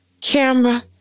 camera